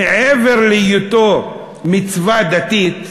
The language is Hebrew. מעבר להיותו מצווה דתית,